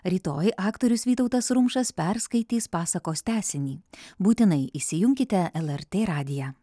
rytoj aktorius vytautas rumšas perskaitys pasakos tęsinį būtinai įsijunkite lrt radiją